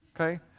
Okay